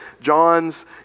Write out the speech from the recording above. John's